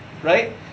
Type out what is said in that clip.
Right